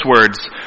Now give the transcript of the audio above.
words